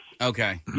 Okay